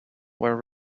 were